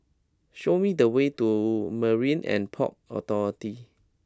show me the way to Marine And Port Authority